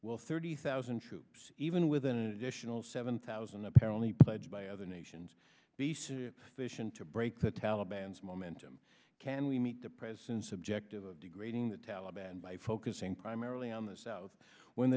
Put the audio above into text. will thirty thousand troops even with an additional seven thousand apparently pledged by other nations fission to break the taliban's momentum can we meet the president's objective of degrading the taliban by focusing primarily on the south when